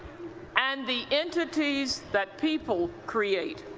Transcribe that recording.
and the entities that people create.